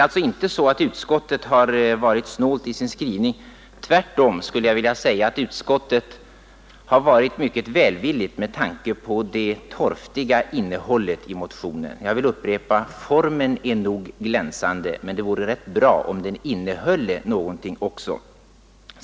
Utskottet har alltså inte varit snålt i sin skrivning; tvärtom skulle jag vilja säga att utskottet har varit mycket välvilligt med tanke på det torftiga innehållet i motionen. Jag vill upprepa: Formen är glänsande, men det vore rätt bra om den innehöll någonting också.